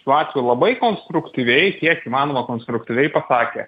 šiuo atveju labai konstruktyviai kiek įmanoma konstruktyviai pasakė